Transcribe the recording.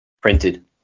printed